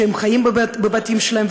שחיות בבתים שלהן,